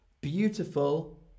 beautiful